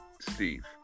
Steve